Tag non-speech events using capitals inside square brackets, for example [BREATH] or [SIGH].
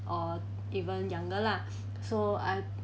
or even younger lah [BREATH] so I